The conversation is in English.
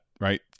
right